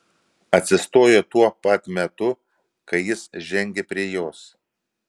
atsistojo tuo pat metu kai jis žengė prie jos